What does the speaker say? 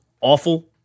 awful